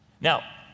Now